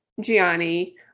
Gianni